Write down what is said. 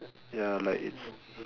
ya like it's